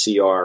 cr